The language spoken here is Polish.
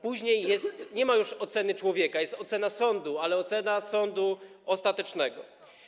Później nie ma już oceny człowieka, jest ocena sądu, ale ocena sądu ostatecznego.